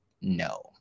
no